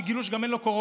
וגם גילו שאין לו קורונה.